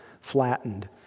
flattened